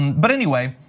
but anyway,